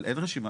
אבל אין רשימה.